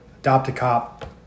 adopt-a-cop